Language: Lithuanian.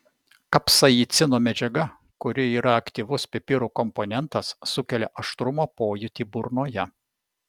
kapsaicino medžiaga kuri yra aktyvus pipirų komponentas sukelia aštrumo pojūtį burnoje